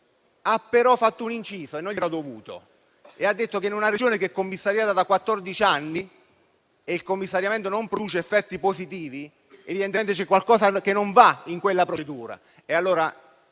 ha però fatto un inciso, che non gli era dovuto, e ha detto che, se una Regione è commissariata da quattordici anni e il commissariamento non produce effetti positivi, evidentemente c'è qualcosa che non va in quella procedura.